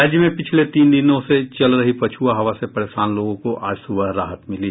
राज्य में पिछले तीन दिनों से चल रही पछुआ हवा से परेशान लोगों को आज सुबह राहत मिली